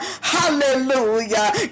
Hallelujah